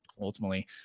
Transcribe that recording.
Ultimately